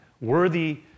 worthy